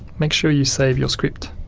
make sure you save your script